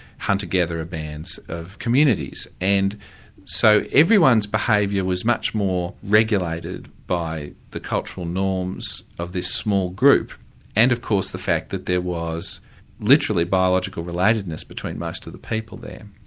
hunter gatherer bands of communities, and so everyone's behaviour was much more regulated by the cultural norms of this small group and of course the fact that there was literally biological relatedness between most of the people there.